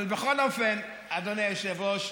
אבל בכל אופן, אדוני היושב-ראש,